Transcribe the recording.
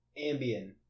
Ambien